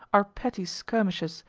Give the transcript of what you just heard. are petty skirmishes,